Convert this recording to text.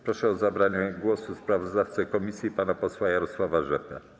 Proszę o zabranie głosu sprawozdawcę komisji pana posła Jarosława Rzepę.